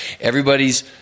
everybody's